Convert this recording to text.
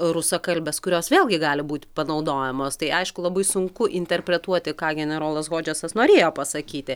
rusakalbes kurios vėlgi gali būt panaudojamos tai aišku labai sunku interpretuoti ką generolas hodžesas norėjo pasakyti